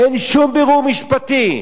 אין שום בירור משפטי.